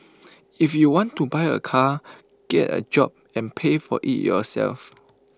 if you want to buy A car get A job and pay for IT yourself